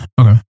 okay